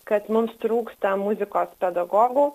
kad mums trūksta muzikos pedagogų